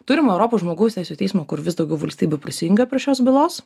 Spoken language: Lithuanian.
turim europos žmogaus teisių teismo kur vis daugiau valstybių prisijungia prie šios bylos